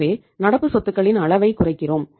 எனவே நடப்பு சொத்துகளின் அளவைக் குறைக்கிறோம்